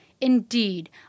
Indeed